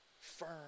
firm